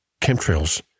chemtrails